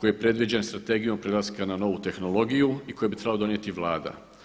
koji je predviđen strategijom prelaska na novu tehnologiju i koji bi trebalo donijeti Vlada.